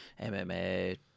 MMA